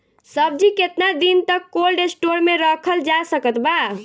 सब्जी केतना दिन तक कोल्ड स्टोर मे रखल जा सकत बा?